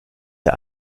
der